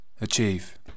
achieve